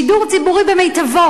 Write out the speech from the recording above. שידור ציבורי במיטבו,